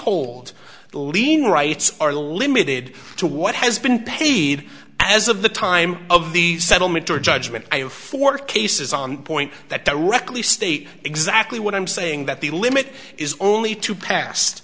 the lien rights are limited to what has been paid as of the time of the settlement or judgment i have four cases on point that directly state exactly what i'm saying that the limit is only to past